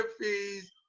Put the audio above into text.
fees